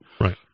right